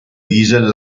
diesel